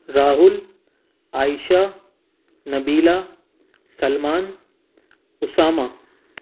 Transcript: Rahul Ayesha Nabila Salman Usama